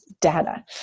data